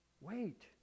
Wait